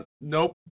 nope